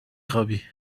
خوابی